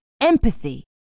empathy